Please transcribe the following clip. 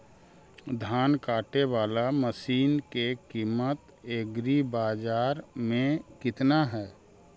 धान काटे बाला मशिन के किमत एग्रीबाजार मे कितना है?